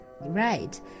Right